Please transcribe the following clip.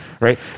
right